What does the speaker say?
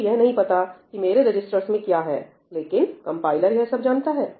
मुझे यह नहीं पता कि मेरे रजिस्टर्स में क्या है लेकिन कंपाइलर यह सब जानता है